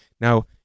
Now